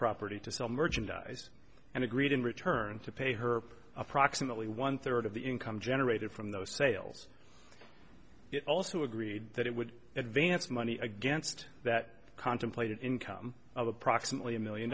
property to sell merchandise and agreed in return to pay her approximately one third of the income generated from those sales it also agreed that it would advance money against that contemplated income of approximately a million